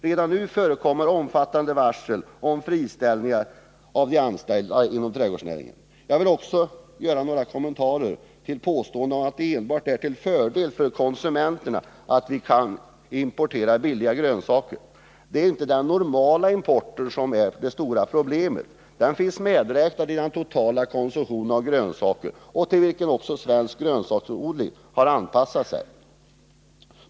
Redan nu förekommer omfattande varsel om friställningar av de anställda inom trädgårdsnäringen. Jag vill också göra några kommentarer till påståendet att det enbart är till fördel för konsumenterna att vi kan importera billiga grönsaker. Det är inte den normala importen som är det stora problemet. Den finns medräknad i den totala konsumtionen av grönsaker, till vilken svensk grönsaksodling har anpassat sig.